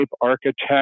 architect